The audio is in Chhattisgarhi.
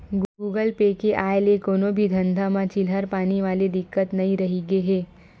गुगल पे के आय ले कोनो भी धंधा म चिल्हर पानी वाले दिक्कत नइ रहिगे हे